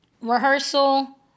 rehearsal